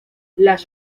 las